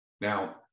Now